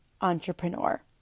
entrepreneur